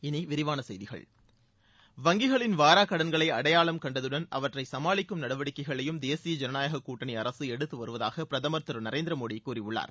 இனி விரிவான செய்திகள் வங்கிகளின் வாராக்கடன்களை அடையாளம் கண்டதுடன் அவற்றை சமாளிக்கும் நடவடிக்கைகளையும் தேசிய ஜனநாயக கூட்டணி அரசு எடுத்துவருவதாக பிரதமர் திரு நரேந்திர மோடி கூறியுள்ளார்